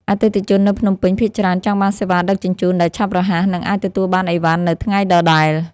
អតិថិជននៅភ្នំពេញភាគច្រើនចង់បានសេវាដឹកជញ្ជូនដែលឆាប់រហ័ស និងអាចទទួលបានអីវ៉ាន់នៅថ្ងៃដដែល។